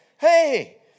hey